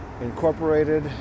incorporated